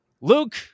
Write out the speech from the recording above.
Luke